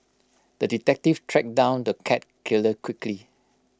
the detective tracked down the cat killer quickly